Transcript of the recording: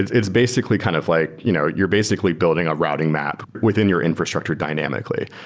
it's basically kind of like you know you're basically building a routing map within your infrastructure dynamically.